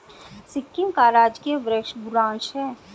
सिक्किम का राजकीय वृक्ष बुरांश है